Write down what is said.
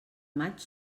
maig